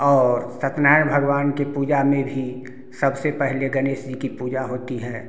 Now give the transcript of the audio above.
और सत्यनारायण भगवान की पूजा में भी सबसे पहले गणेश जी की पूजा होती है